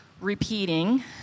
repeating